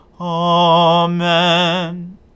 Amen